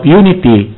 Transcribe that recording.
unity